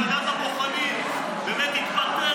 יושב-ראש ועדת הבוחנים באמת התפרפר,